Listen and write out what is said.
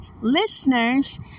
listeners